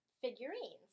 figurines